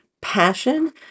passion